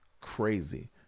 crazy